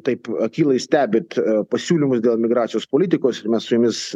taip akylai stebit pasiūlymus dėl migracijos politikos ir mes su jumis